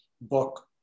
book